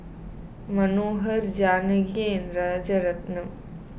Manohar Janaki and Rajaratnam